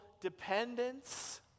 dependence